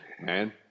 Man